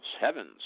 heavens